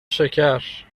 شکر